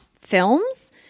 films